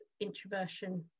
introversion